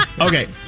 Okay